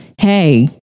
hey